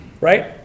right